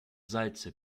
salze